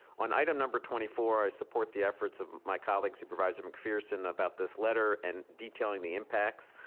on item number twenty four, i support the efforts of my colleague supervisor mcpherson about this letter, and detailing the impacts.